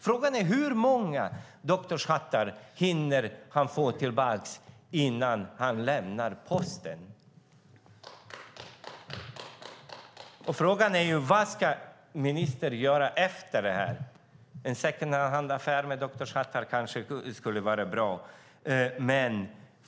Frågan är hur många doktorshattar som han hinner få tillbaka innan han lämnar sin post. Frågan är vad ministern ska göra efter detta. En second hand-affär med doktorshattar skulle kanske vara bra.